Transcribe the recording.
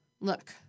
look